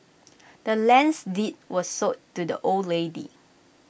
the land's deed was sold to the old lady